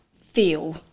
feel